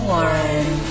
Warren